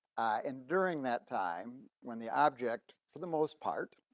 and during that time, when the object for the most part,